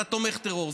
אתה תומך טרור.